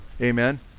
Amen